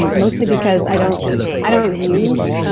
mostly because i don't i don't use